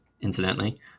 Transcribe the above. Incidentally